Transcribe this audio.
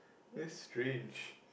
that's strange